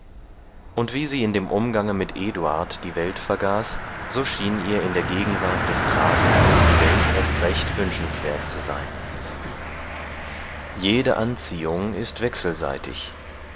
und wie sie in dem umgange mit eduard die welt vergaß so schien ihr in der gegenwart des grafen die welt erst recht wünschenswert zu sein jede anziehung ist wechselseitig